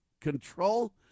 control